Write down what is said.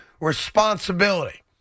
responsibility